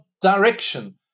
direction